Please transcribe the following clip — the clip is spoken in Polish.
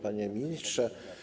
Panie Ministrze!